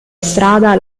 strada